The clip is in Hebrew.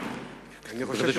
אני חושב,